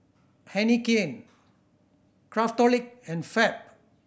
Heinekein Craftholic and Fab